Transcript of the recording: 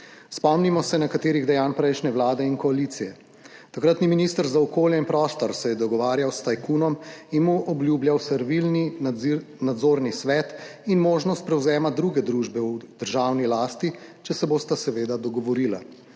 Spomnimo se nekaterih dejanj prejšnje vlade in koalicije. Takratni minister za okolje in prostor se je dogovarjal s tajkunom in mu obljubljal servilni nadzorni svet in možnost prevzema druge družbe v državni lasti, če se bosta seveda dogovorila.